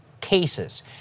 cases